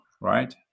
right